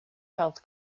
health